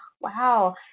wow